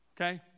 Okay